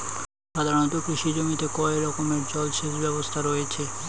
সাধারণত কৃষি জমিতে কয় রকমের জল সেচ ব্যবস্থা রয়েছে?